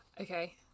Okay